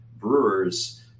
brewers